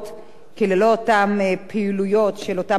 כי ללא אותן פעילויות של אותם אנשים,